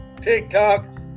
TikTok